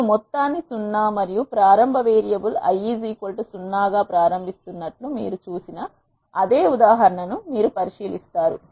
నేను మొత్తాన్ని 0 మరియు ప్రారంభ వేరియబుల్ i 0 గా ప్రారంభిస్తున్నట్లు మీరు చూసిన అదే ఉదాహరణ ను మీరు పరిశీలిస్తారు